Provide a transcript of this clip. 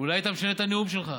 היית משנה את הנאום שלך.